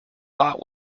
thought